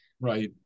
Right